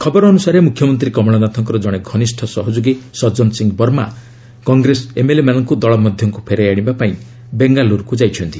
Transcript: ଖବର ଅନୁସାରେ ମୁଖ୍ୟମନ୍ତ୍ରୀ କମଳନାଥଙ୍କ ଜଣେ ଘନିଷ୍ଠ ସହଯୋଗୀ ସଜ୍ଜନ ସିଂ ବର୍ମା କଂଗ୍ରେସ ଏମ୍ଏଲ୍ଏମାନଙ୍କୁ ଦଳ ମଧ୍ୟକୁ ଫେରାଇ ଆଶିବାପାଇଁ ବେଙ୍ଗାଲୁରୁ ଯାଇଛନ୍ତି